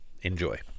Enjoy